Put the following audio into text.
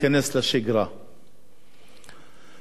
לא יעלה על הדעת, ואני חושב שהממשלה,